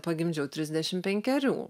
pagimdžiau trisdešim penkerių